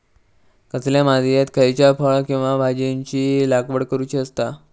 कसल्या मातीयेत खयच्या फळ किंवा भाजीयेंची लागवड करुची असता?